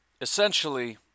Essentially